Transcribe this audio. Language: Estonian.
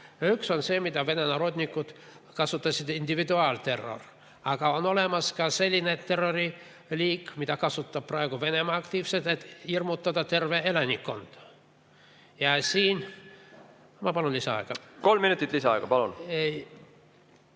Üks on see, mida Vene narodnikud kasutasid, individuaalterror, aga on olemas ka selline terroriliik, mida Venemaa kasutab praegu aktiivselt, et hirmutada tervet elanikkonda. Ja siin ... Ma palun lisaaega. Kolm minutit lisaaega, palun!